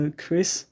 Chris